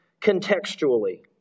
contextually